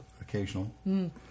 Occasional